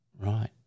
Right